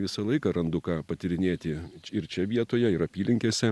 visą laiką randu ką patyrinėti ir čia vietoje ir apylinkėse